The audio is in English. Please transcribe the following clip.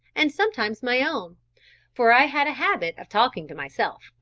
and sometimes my own for i had a habit of talking to myself,